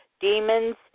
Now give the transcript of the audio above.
demons